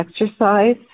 exercise